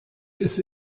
ist